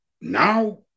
Now